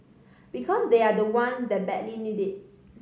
because they are the ones that badly need it